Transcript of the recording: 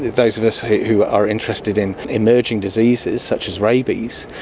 those of us who are interested in emerging diseases, such as rabies,